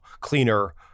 cleaner